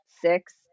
six